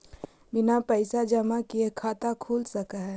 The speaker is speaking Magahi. बिना पैसा जमा किए खाता खुल सक है?